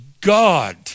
God